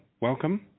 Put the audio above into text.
Welcome